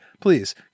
please